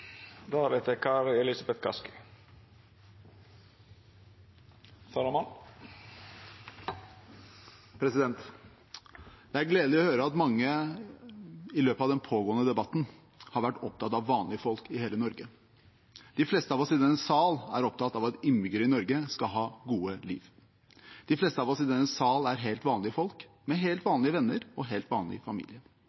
Det er gledelig å høre at mange i løpet av den pågående debatten har vært opptatt av vanlige folk i hele Norge. De fleste av oss i denne salen er opptatt av at innbyggerne i Norge skal ha et godt liv. De fleste av oss i denne salen er helt vanlige folk, med helt